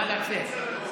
נא לצאת.